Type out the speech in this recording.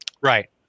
Right